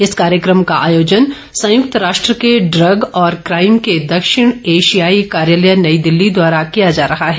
इस कार्यक्रम का आयोजन संयुक्त राष्ट्र के ड्रग और काइम के दक्षिण एशियाई कार्यालय नई दिल्ली द्वारा किया जा रहा है